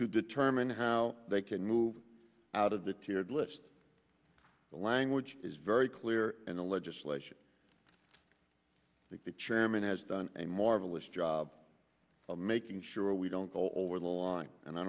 to determine how they can move out of the tiered list the language is very clear in the legislation that the chairman has done a marvelous job of making sure we don't all over the line and i